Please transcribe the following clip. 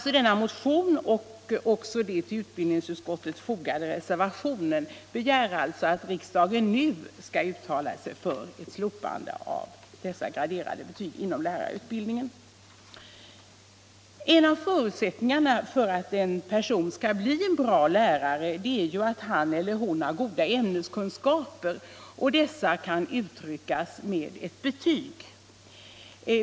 I motionen och i den vid betänkandet fogade reservationen 6 begärs att riksdagen nu skall uttala sig för ett slopande av graderade betyg inom lärarutbildningen. En av förutsättningarna för att en person skall bli en bra lärare är att han eller hon har goda ämneskunskaper, och ett betyg kan visa dessa.